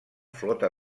flota